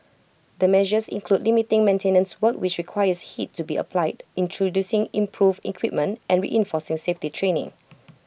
the measures include limiting maintenance work which requires heat to be applied introducing improved equipment and reinforcing safety training